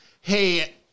hey